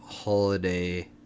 Holiday